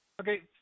Okay